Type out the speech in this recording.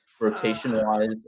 rotation-wise